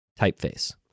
typeface